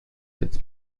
setzt